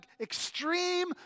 extreme